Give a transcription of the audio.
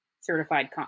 Certified